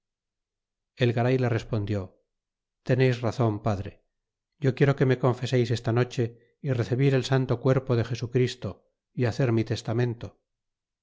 el garay le respondió teneis razon padre yo quiero que me confeseis esta noche y recebir el santo cuerpo de jesu christo é hacer mi testamento